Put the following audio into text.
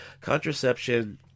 Contraception